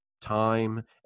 time